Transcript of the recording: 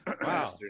Wow